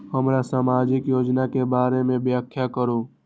हमरा सामाजिक योजना के बारे में व्याख्या करु?